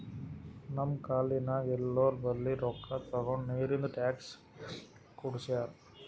ನಮ್ ಕಾಲ್ನಿನಾಗ್ ಎಲ್ಲೋರ್ ಬಲ್ಲಿ ರೊಕ್ಕಾ ತಗೊಂಡ್ ನೀರಿಂದ್ ಟ್ಯಾಂಕ್ ಕುಡ್ಸ್ಯಾರ್